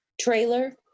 trailer